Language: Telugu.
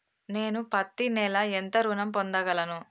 నేను పత్తి నెల ఎంత ఋణం పొందగలను?